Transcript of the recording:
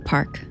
Park